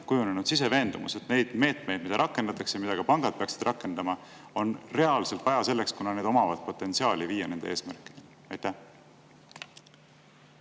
kujunenud sisemine veendumus, et neid meetmeid, mida rakendatakse ja mida ka pangad peaksid rakendama, on reaalselt vaja selleks, et nendes on potentsiaali viia nende eesmärkideni? Aitäh